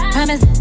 Promise